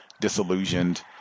disillusioned